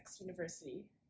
University